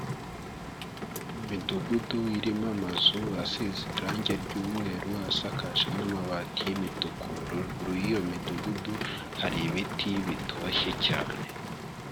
Imidugudu irimo amazu, asize irange ry'umweru, asakaje n'amabati y'imituku, ruguru y'iyo midugudu hari ibiti bitoshye cyane.